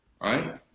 right